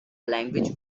language